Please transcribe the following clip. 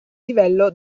livello